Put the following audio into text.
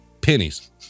pennies